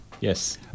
Yes